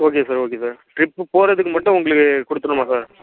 okay sir okay sir trip போகறதுக்கு மட்டும் உங்களுக்கு கொடுத்துட்ணுமா சார்